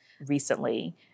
recently